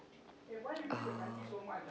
uh